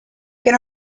can